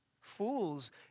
Fools